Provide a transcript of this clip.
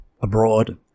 abroad